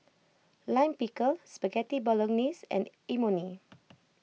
Lime Pickle Spaghetti Bolognese and Imoni